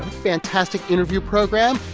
fantastic interview program.